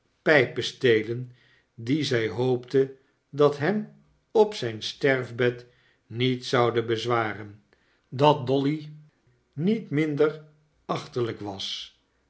paar pijpestelen die zij hoopte dat hem op zijn sterfbed niet zouden bezwaren dat dolly niet minder achterlijk was